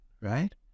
right